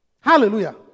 Hallelujah